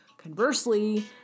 Conversely